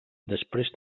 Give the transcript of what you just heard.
després